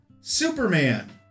Superman